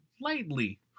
lightly